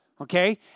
Okay